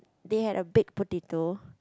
they had a big potato